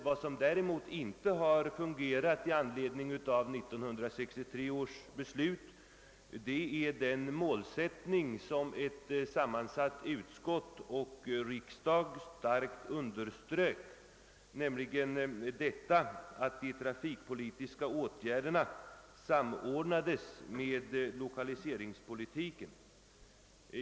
Vad som däremot inte har uppnåtts efter 1963 års beslut är den målsättning, vars öÖnskvärdhet sammansatta statsoch tredje lagutskottet och riksdagen starkt underströk, nämligen att de trafikpolitiska åtgärderna skulle samordnas med lokaliseringspolitiken.